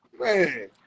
man